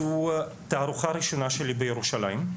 זו תערוכה ראשונה שלי בירושלים,